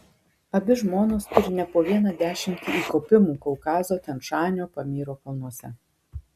abi žmonos turi ne po vieną dešimtį įkopimų kaukazo tian šanio pamyro kalnuose